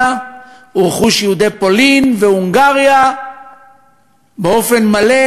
ורכוש יהודי פולין והונגריה באופן מלא,